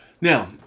Now